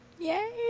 Yay